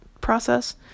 process